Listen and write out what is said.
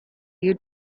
you